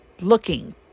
looking